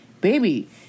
baby